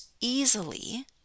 easily